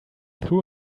threw